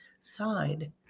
side